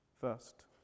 first